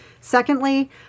Secondly